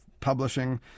publishing